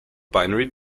binary